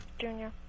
Junior